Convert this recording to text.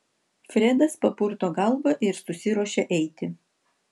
fredas papurto galvą ir susiruošia eiti